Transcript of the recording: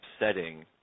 upsetting